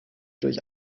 durch